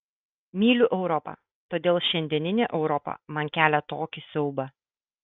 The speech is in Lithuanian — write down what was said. myliu europą todėl šiandieninė europa man kelia tokį siaubą